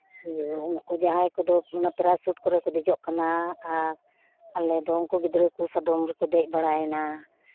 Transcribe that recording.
ᱩᱱᱠᱩ ᱡᱟᱸᱦᱟᱭ ᱠᱚᱫᱚ ᱯᱮᱨᱟᱥᱩᱴ ᱠᱚᱨᱮ ᱠᱚ ᱫᱮᱡᱚᱜ ᱠᱟᱱᱟ ᱟᱨ ᱟᱞᱮ ᱫᱚ ᱩᱱᱠᱩ ᱜᱤᱫᱽᱨᱟᱹ ᱥᱟᱫᱚᱢ ᱨᱮᱠᱚ ᱫᱮᱡ ᱵᱟᱲᱟᱭᱮᱱᱟ